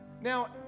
Now